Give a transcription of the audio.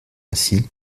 ainsi